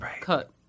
cut